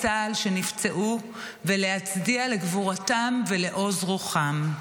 צה"ל שנפצעו ולהצדיע לגבורתם ולעוז רוחם.